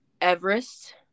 everest